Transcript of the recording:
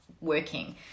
working